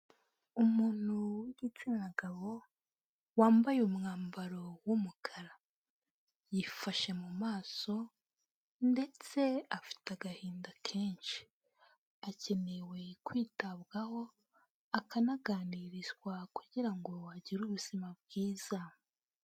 Umuntu w'igitsina gabo, wambaye umwambaro w'umukara, yifashe mu maso ndetse afite agahinda kenshi, akenewe kwitabwaho, akanaganirizwa kugira ngo agire ubuzima bwiza.